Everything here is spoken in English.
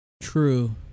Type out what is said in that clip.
True